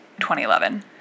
2011